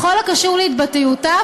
בכל הקשור להתבטאויותיו,